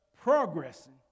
progressing